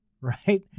right